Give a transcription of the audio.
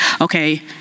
okay